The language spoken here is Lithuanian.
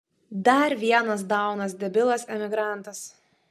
dar vienas daunas debilas emigrantas